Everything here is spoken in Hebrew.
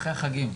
אחרי החגים.